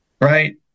right